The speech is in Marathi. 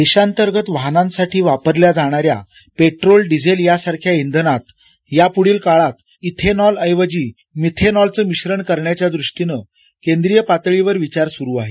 देशांतर्गत वाहनांसाठी वापरल्या जाणाऱ्या पेट्रोल डिझेल यासारख्या इंधनात यापुढील काळात इथेनॉल ऐवजी मिथेनॉलचं मिश्रण करण्याच्या दृष्टीनं केंद्रीय पातळीवर विचार सुरु आहे